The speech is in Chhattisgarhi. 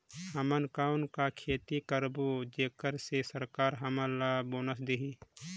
हमन कौन का खेती करबो जेकर से सरकार हमन ला बोनस देही?